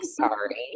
sorry